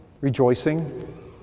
rejoicing